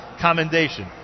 commendation